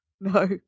no